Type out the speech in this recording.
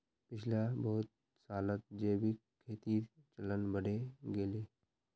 पिछला बहुत सालत जैविक खेतीर चलन बढ़े गेले